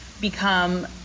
become